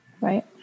Right